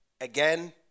Again